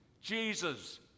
Jesus